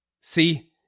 See